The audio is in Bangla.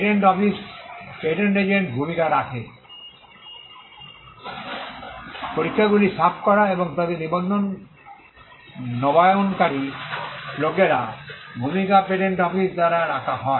পেটেন্ট অফিস পেটেন্ট এজেন্ট ভূমিকা রাখে পরীক্ষাগুলি সাফ করা এবং তাদের নিবন্ধন নবায়নকারী লোকেরা ভূমিকা পেটেন্ট অফিস দ্বারা রাখা হয়